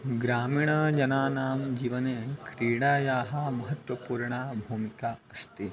ग्रामीणजनानां जीवने क्रीडायाः महत्त्वपूर्णा भूमिका अस्ति